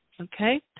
Okay